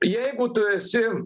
jeigu tu esi